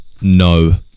no